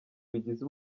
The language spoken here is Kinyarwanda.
bigize